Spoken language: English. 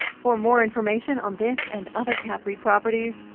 for more information on this and other capreit properties,